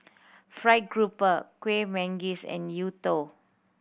fried grouper Kuih Manggis and youtiao